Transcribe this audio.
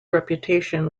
reputation